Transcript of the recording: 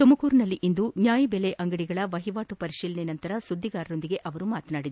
ತುಮಕೂರಿನಲ್ಲಿಂದು ನ್ಯಾಯಬೆಲೆ ಅಂಗಡಿಗಳ ವಹಿವಾಟು ಪರಿಶೀಲನೆ ನಂತರ ಸುದ್ದಿಗಾರರೊಂದಿಗೆ ಮಾತನಾಡಿದರು